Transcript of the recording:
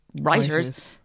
writers